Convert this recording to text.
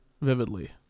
vividly